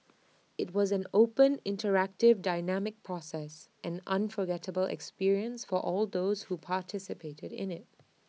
IT was an open interactive dynamic process an unforgettable experience for all those who participated in IT